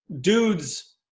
dudes